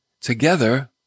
together